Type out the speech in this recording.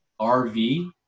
rv